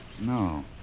No